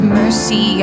mercy